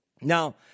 Now